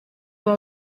wawe